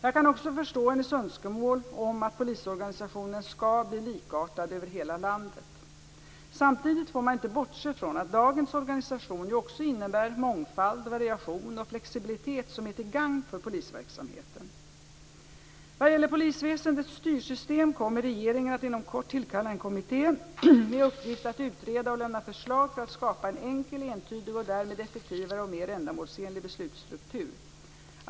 Jag kan också förstå hennes önskemål om att polisorganisationen skall bli likartad över hela landet. Samtidigt får man inte bortse från att dagens organisation ju också innebär mångfald, variation och flexibilitet som är till gagn för polisverksamheten. Vad gäller polisväsendets styrsystem kommer regeringen att inom kort tillkalla en kommitté med uppgift att utreda och lämna förslag för att skapa en enkel, entydig och därmed effektivare och mer ändamålsenlig beslutsstruktur.